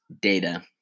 data